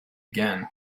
again